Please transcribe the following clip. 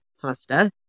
pasta